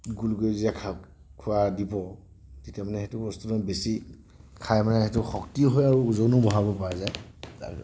ঘোল কৰি যেতিয়া খোৱা দিব তেতিয়া মানে সেইটো বস্তু বেছি খাই মানে সেইটো শক্তিও হয় আৰু ওজনো বঢ়াব পৰা যায় আৰু